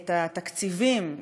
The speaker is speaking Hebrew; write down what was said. את התקציבים,